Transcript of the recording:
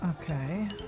Okay